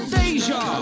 Deja